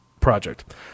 Project